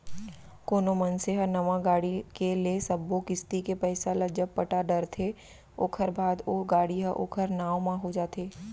कोनो मनसे ह नवा गाड़ी के ले सब्बो किस्ती के पइसा ल जब पटा डरथे ओखर बाद ओ गाड़ी ह ओखर नांव म हो जाथे